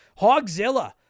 Hogzilla